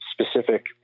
specific